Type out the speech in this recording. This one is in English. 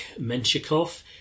Menshikov